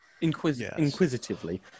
inquisitively